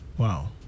Wow